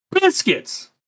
Biscuits